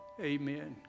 amen